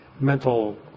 mental